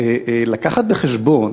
להביא בחשבון